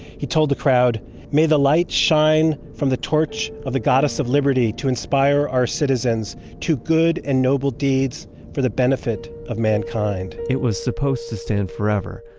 he told the crowd may the light shine from the torch of the goddess of liberty to inspire our citizens to good and noble deeds for the benefit of mankind. it was supposed to stand forever,